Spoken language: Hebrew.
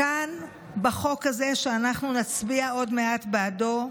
כאן, בחוק הזה, שאנחנו נצביע עוד מעט בעדו,